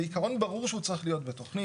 אז העיקרון ברור שהוא צריך להיות בתכנית.